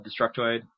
Destructoid